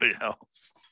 else